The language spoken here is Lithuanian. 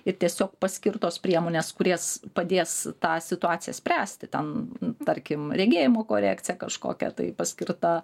ir tiesiog paskirtos priemonės kurias padės tą situaciją spręsti ten tarkim regėjimo korekcija kažkokia tai paskirta